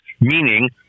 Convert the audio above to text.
meaning